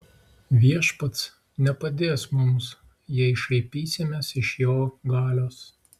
viešpats nepadės mums jei šaipysimės iš jo galios